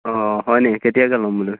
অঁ হয়নি কেতিয়াকে ল'ম বুলি